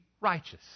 righteous